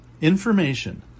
Information